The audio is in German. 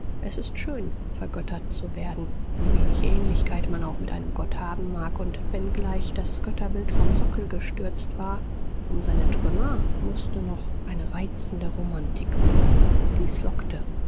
es ist schön vergöttert zu werden wie wenig ähnlichkeit man auch mit einem gott haben mag und wenngleich das götterbild vom sockel gestürzt war um seine trümmer mußte noch eine reizende romantik blühen dies lockte